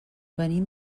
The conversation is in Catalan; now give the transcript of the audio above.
venim